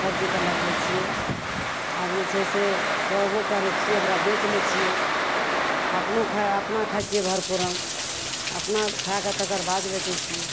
सबचीजके लगबै छिए आब जे छै से तोड़बो करै छिए ओकरा बेचि लै छिए अपनो खाइ अपना खाइ छिए भरपूर अपना खाके तकर बाद बेचै छिए आब